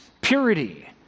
purity